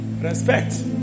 Respect